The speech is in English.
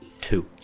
Two